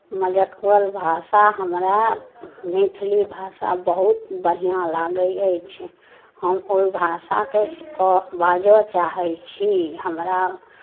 मानइ लिअ कोइ भाषा हमरा मैथिली भाषा बहुत बढ़िआँ लागै अछि हम ओहि भाषाकेँ केँ बाजय चाहै छी हमरा